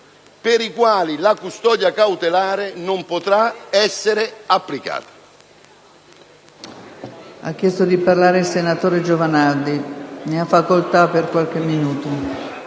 per i quali la custodia cautelare non potrà essere applicata.